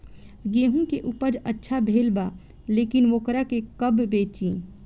गेहूं के उपज अच्छा भेल बा लेकिन वोकरा के कब बेची?